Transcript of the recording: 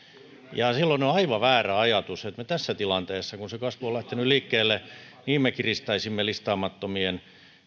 ja silloin on aivan väärä ajatus että me tässä tilanteessa kun se kasvu on lähtenyt liikkeelle kiristäisimme listaamattomien